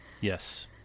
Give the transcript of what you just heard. Yes